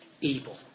evil